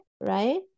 right